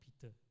Peter